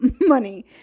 Money